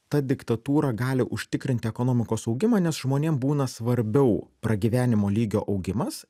ta diktatūra gali užtikrint ekonomikos augimą nes žmonėm būna svarbiau pragyvenimo lygio augimas